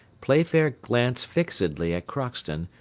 playfair glanced fixedly at crockston,